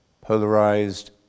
polarized